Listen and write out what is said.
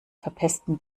verpesten